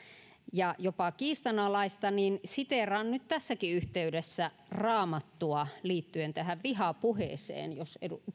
ja jopa kiistanalaista niin siteeraan nyt tässäkin yhteydessä raamattua liittyen vihapuheeseen jos